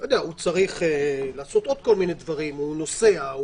הוא צריך לעשות עוד כל מיני דברים, הוא נוסע,